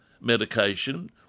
medication